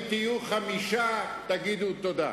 אם תהיו חמישה, תגידו תודה.